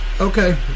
Okay